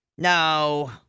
No